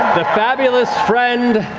the fabulous friend,